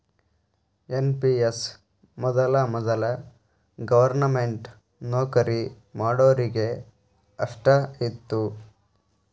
NPS ಮೊದಲ ವೊದಲ government ನೌಕರಿ ಮಾಡೋರಿಗೆ ಅಷ್ಟ ಇತ್ತು